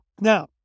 Now